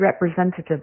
representative